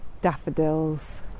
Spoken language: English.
daffodils